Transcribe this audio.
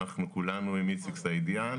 אנחנו כולנו עם איציק סעידיאן.